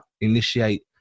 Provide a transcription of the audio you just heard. initiate